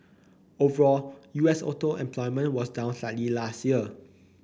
overall U S auto employment was down slightly last year